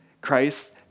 Christ